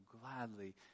gladly